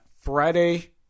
Friday